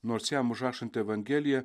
nors jam užrašant evangeliją